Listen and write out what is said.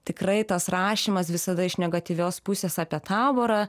tikrai tas rašymas visada iš negatyvios pusės apie taborą